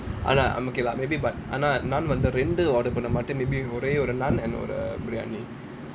!hanna! I'm okay lah maybe but ஆனா நான் வந்து ரெண்டு:aanaa naan vanthu rendu order பண்ண மாட்டேன்:panna maataen maybe ஒரே ஒரு:orae oru naan and ஒரு:oru biryani